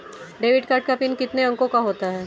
Debit card का pin कितने अंकों का होता है?